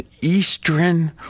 Eastern